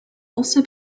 also